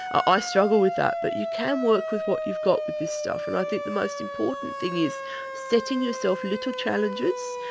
i struggle with that. but you can work with what you've got with this stuff, and i think the most important thing is setting yourself little challenges.